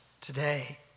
today